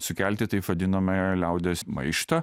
sukelti taip vadinamąją liaudies maištą